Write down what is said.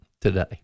today